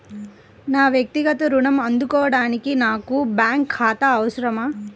నా వక్తిగత ఋణం అందుకోడానికి నాకు బ్యాంక్ ఖాతా అవసరమా?